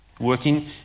working